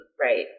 right